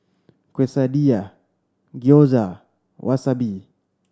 Quesadilla Gyoza Wasabi